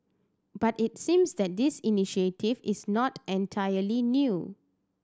but it seems that this initiative is not entirely new